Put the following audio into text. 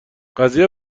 قضیه